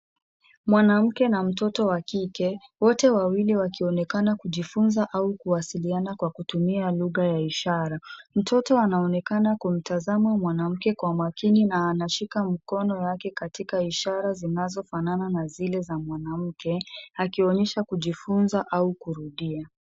Mwanamke na mtoto wa kike wote wawili wakionekana kujifunza au kuwasiliana kwa kutumia lugha ya ishara. Mtoto anaonekana kumtazama mwanamke kwa makini na anashika mkono wake katika ishara zinazofanana na zile za mwanamke akionyesha kujifunza au kurudia.